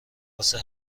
واسه